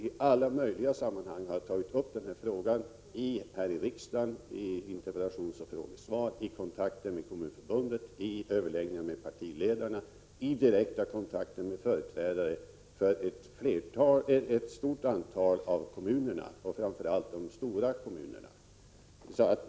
I alla upptänkliga sammanhang har jag tagit upp denna fråga; här i riksdagen i interpellationsoch frågesvar, i kontakter med Kommunförbundet, i överläggningar med partiledarna, i direkta kontakter med företrädare för ett stort antal kommu ner, framför allt de stora kommunerna.